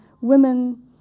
women